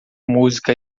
música